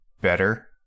better